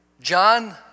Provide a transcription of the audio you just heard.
John